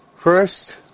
First